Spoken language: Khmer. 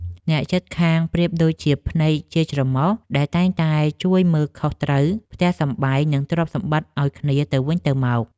អ្នកជិតខាងប្រៀបដូចជាភ្នែកជាច្រមុះដែលតែងតែជួយមើលការខុសត្រូវផ្ទះសម្បែង និងទ្រព្យសម្បត្តិឱ្យគ្នាទៅវិញទៅមក។